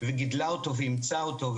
גידלה אותו ואימצה אותו.